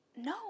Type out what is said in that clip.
No